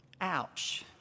Ouch